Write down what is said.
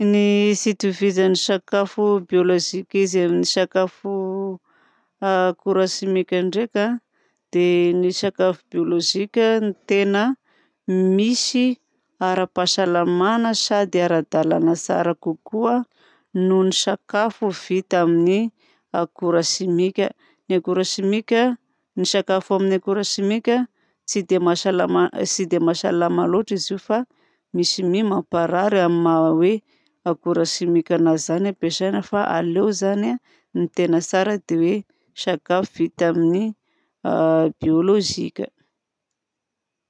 Ny tsy itovizan'ny sakafo biolojika izy amin'ny sakafo akora simika ndraika dia ny sakafo biolojika no tena misy ara-pahasalamana sady ara-dalàna tsara kokoa noho ny sakafo vita amin'ny akora simika. Ny akora simika- ny sakafo amin'ny akora simika tsy dia mahasalama, tsy dia mahasalama loatra izy io fa misy mi mamparary amin'ny maha hoe akora simika anazy zany no ampesaina. Fa aleo zany a ny tena tsara dia hoe sakafo vita amin'ny biolojika.